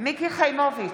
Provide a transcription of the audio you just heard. מיקי חיימוביץ'